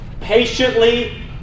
patiently